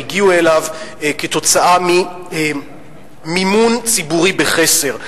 הגיעו אליו כתוצאה ממימון ציבורי בחסר.